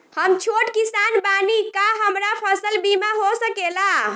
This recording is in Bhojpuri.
हम छोट किसान बानी का हमरा फसल बीमा हो सकेला?